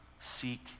seek